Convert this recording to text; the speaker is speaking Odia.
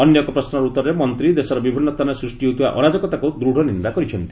ଅନ୍ୟ ଏକ ପ୍ରଶ୍ନର ଉତ୍ତରରେ ମନ୍ତ୍ରୀ ଦେଶର ବିଭିନ୍ନ ସ୍ଥାନରେ ସୂଷ୍ଟି ହେଉଥିବା ଅରାଜକତାକୁ ଦୂଢ଼ ନିନ୍ଦା କରିଚ୍ଛନ୍ତି